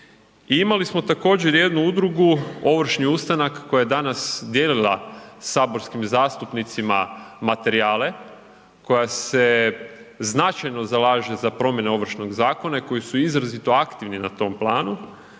Imali smo također jednu udrugu, Ovršni ustanak koja je danas dijelila saborskim zastupnicima materijale koja se značajno zalaže za promjene Ovršnog zakona i koji su izrazito aktivni na tom planu.